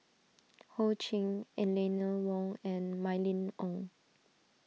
Ho Ching Eleanor Wong and Mylene Ong